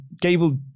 gable